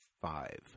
Five